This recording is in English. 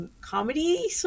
comedy